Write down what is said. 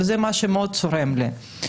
וזה משהו שמאוד צורם לי.